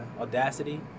Audacity